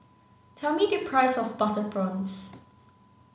tell me the price of butter prawns